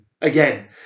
again